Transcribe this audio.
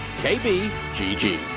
KBGG